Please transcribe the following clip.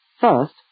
First